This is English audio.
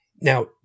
Now